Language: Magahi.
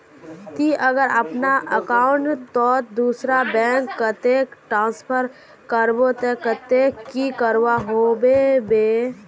ती अगर अपना अकाउंट तोत दूसरा बैंक कतेक ट्रांसफर करबो ते कतेक की करवा होबे बे?